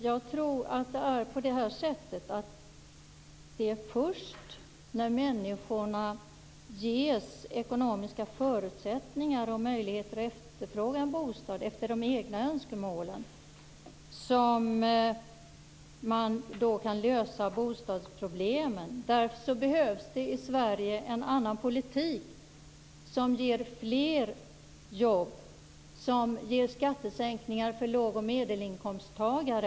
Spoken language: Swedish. Fru talman! Jag tror att det först är när människorna ges ekonomiska förutsättningar och möjligheter att efterfråga en bostad efter de egna önskemålen som man kan lösa bostadsproblemen, Owe Hellberg. Därför behövs det i Sverige en annan politik som ger fler jobb och skattesänkningar för låg och medelinkomsttagare.